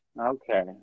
Okay